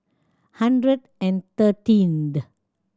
hundred thirteen